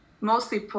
mostly